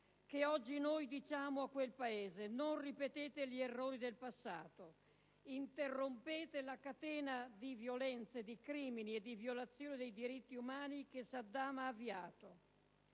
che oggi noi diciamo a quel Paese: non ripetete gli errori del passato, interrompete la catena di violenze, di crimini e di violazioni dei diritti umani che Saddam ha avviato.